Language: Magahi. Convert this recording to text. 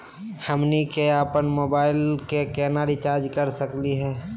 हमनी के अपन मोबाइल के केना रिचार्ज कर सकली हे?